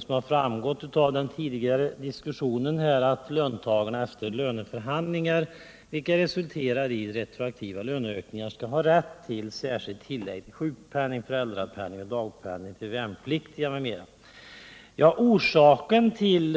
Som framgått av den tidigare diskussionen kräver vi i motionen att löntagarna efter löneförhandlingar vilka resulterat i retroaktiva löneökningar skall ha rätt till särskilt tillägg till sjukpenning, föräldrapenning och dagpenning för värnpliktiga m.fl. som uppburits under retroaktivtiden. Orsakerna till